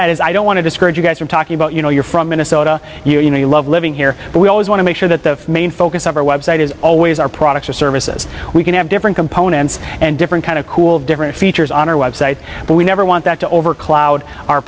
that is i don't want to discourage you guys from talking about you know you're from minnesota you know you love living here but we always want to make sure that the main focus of our website is always our products or services we can have different components and different kind of cool different features on our website but we never want that to over cloud our